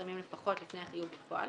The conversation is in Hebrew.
בין הנוסח הקיים היום בחוק כרטיסי חיוב לבין